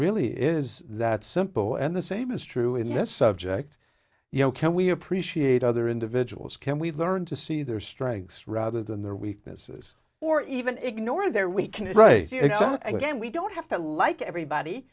really is that simple and the same is true in this subject you know can we appreciate other individuals can we learn to see their strengths rather than their weaknesses or even ignore their we can raise your sad again we don't have to like everybody